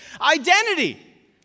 identity